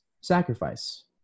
sacrifice